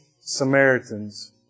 Samaritans